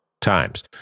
times